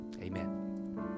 amen